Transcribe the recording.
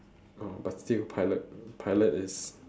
oh but still pilot pilot is